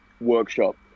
workshop